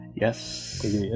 Yes